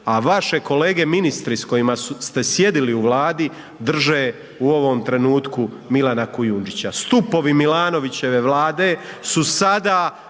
A vaše kolege ministre s kojima ste sjedili u Vladi drže u ovom trenutku Milana Kujundžića, stupovi Milanovićeve Vlade su sada